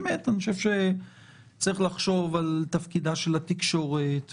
אני חושב שצריך לחשוב על תפקידה של התקשורת,